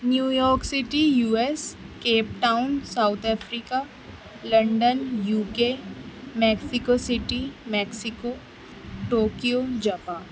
New York city U S Cape Town South Africa London UK Mexico city Mexico Tokyo Japan